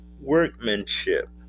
workmanship